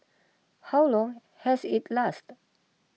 how long has it lasted